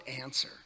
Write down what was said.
answer